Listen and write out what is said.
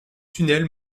tunnel